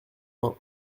vingt